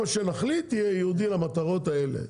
כמה שנחליט יהיה ייעודי למטרות האלה.